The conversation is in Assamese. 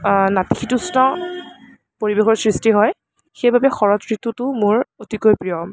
নাতিশীতোষ্ণ পৰিৱেশৰ সৃষ্টি হয় সেইবাবে শৰৎ ঋতুটো মোৰ অতিকৈ প্ৰিয়